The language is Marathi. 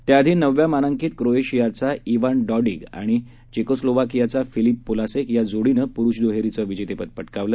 त्याआधी नवव्या मानांकित क्रोएशियाचा विन डॉडीग आणि चेकोस्लोवाकियाचा फिलिप पोलासेक या जोडीनं पुरुष दुहेरीचं विजेतेपद पटकावलं